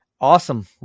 Awesome